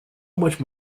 much